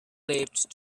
lift